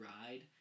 ride